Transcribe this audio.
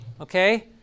okay